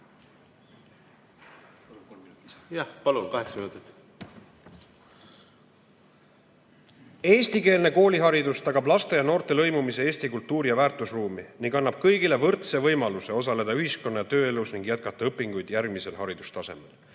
Eestikeelne kooliharidus tagab laste ja noorte lõimumise Eesti kultuuri- ja väärtusruumi ning annab kõigile võrdse võimaluse osaleda ühiskonna- ja tööelus ning jätkata õpinguid järgmisel haridustasemel.